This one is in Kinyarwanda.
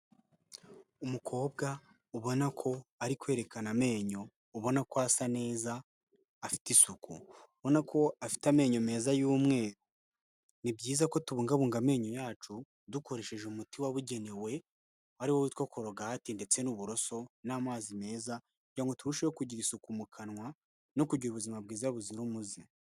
Umukobwa ubona ko ari kwerekana amenyo ubona ko asa neza afite isuku ubona ko afite amenyo meza y'umweru ni byiza ko tubungabunga amenyo yacu dukoresheje umuti wabugenewe ari uwo witwa korogati ndetse n'uburoso n'amazi meza kugira ngo turusheho kugira isuku mu kanwa no kugira ubuzima bwiza buzira umuze.